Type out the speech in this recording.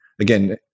again